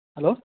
hello